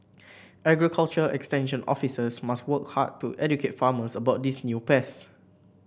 agriculture extension officers must work hard to educate farmers about these new pests